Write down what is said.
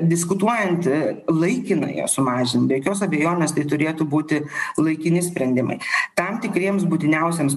diskutuojanti laikina ją sumažin be jokios abejonės tai turėtų būti laikini sprendimai tam tikriems būtiniausiems